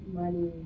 money